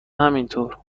همینطور